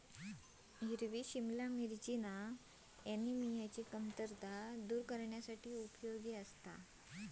हिरवी सिमला मिरची ऍनिमियाची कमतरता दूर करण्यासाठी उपयोगी आसा